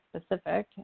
specific